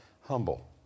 humble